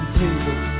people